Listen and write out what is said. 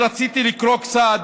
אני רציתי לקרוא קצת